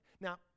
Now